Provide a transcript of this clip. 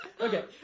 Okay